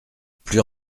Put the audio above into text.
plus